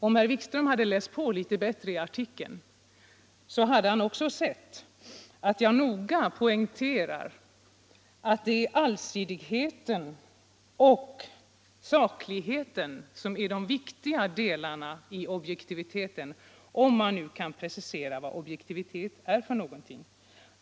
Om herr Wikström hade läst på litet bättre i artikeln, så hade han också sett att jag noga poängterar att det är allsidigheten och sakligheten som är de viktiga delarna i objektiviteten, om man nu kan precisera vad objektivitet är för någonting.